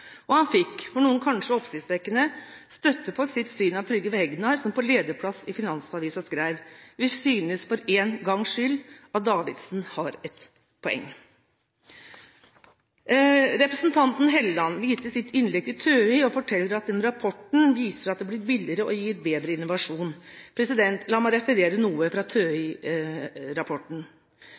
Og han fikk – for noen kanskje oppsiktsvekkende – støtte for sitt syn av Trygve Hegnar, som på lederplass i Finansavisen skrev: «Vi synes, for en gangs skyld, at Davidsen har et poeng.» Representanten Helleland viste i sitt innlegg til TØI og fortalte at rapporten derfra viser at OPS blir billigere og gir bedre innovasjon. La meg referere noe fra